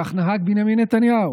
כך נהג בנימין נתניהו